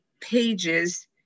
pages